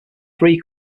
three